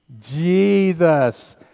Jesus